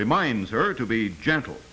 reminds her to be gentle